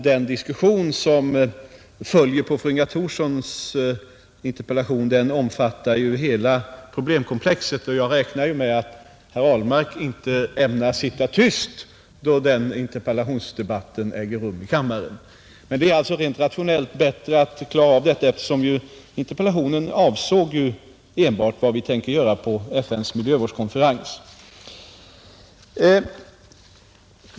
Den diskussion som kommer att följa med anledning av fru Inga Thorssons interpellation kommer ju att omfatta hela problemkomplexet, och jag räknar med att herr Ahlmark inte ämnar sitta tyst då denna interpellationsdebatt äger rum i kammaren. Det är alltså rent rationellt bättre att klara av herr Ahlmarks interpellation för sig, eftersom den enbart avsåg vad vi tänker göra på FN:s miljövårdskonferens.